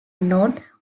not